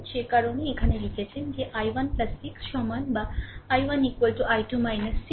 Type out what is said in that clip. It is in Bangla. সে কারণেই এখানে লিখেছেন যে I1 6 সমান বা I1 I2 6